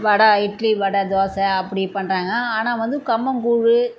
வடை இட்லி வடை தோசை அப்படி பண்ணுறாங்க ஆனால் வந்து கம்பங்கூழ்